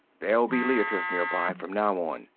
there'll be leiters nearby, from now on.